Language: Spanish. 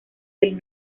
del